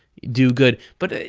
do good. but,